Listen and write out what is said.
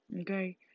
okay